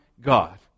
God